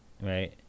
right